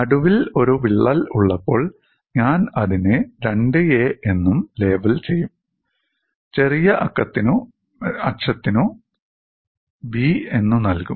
നടുവിൽ ഒരു വിള്ളൽ ഉള്ളപ്പോൾ ഞാൻ അതിനെ 2a എന്നും ലേബൽ ചെയ്യും ചെറിയ അക്ഷത്തിനു 'b' എന്നും നൽകും